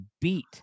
beat